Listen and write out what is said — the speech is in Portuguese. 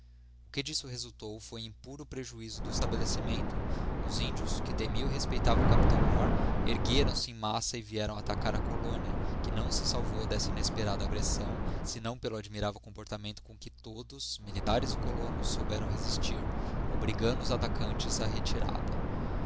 o que disso resultou foi em puro prejuízo do estabelecimento os índios que temiam e respeitavam o capitão mór ergueram-se em massa e vieram atacara colónia que não se salvou dessa inesperada aggressão fienão pelo admirável comportamento com que todos militares e colonos souberam reeistir obrigando os atacantes á retirada